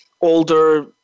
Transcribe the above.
older